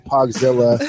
Pogzilla